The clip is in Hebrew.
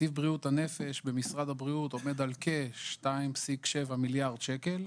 תקציב בריאות הנפש במשרד הבריאות עומד על כ-2.7 מיליארד שקל,